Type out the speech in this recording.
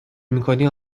میکنی